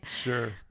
Sure